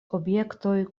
objektoj